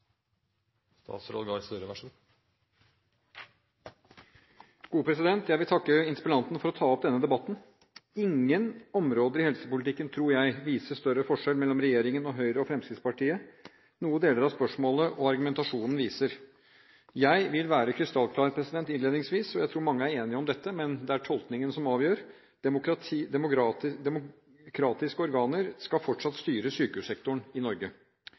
Jeg vil takke interpellanten for å ta opp denne debatten. Ingen områder i helsepolitikken, tror jeg, viser større forskjell mellom regjeringen og Høyre og Fremskrittspartiet, noe deler av spørsmålet og argumentasjonen viser. Jeg vil være krystallklar innledningsvis – og jeg tror mange er enige om dette, men det er tolkningen som avgjør: Det er demokratiske organer som fortsatt skal styre sykehussektoren i Norge.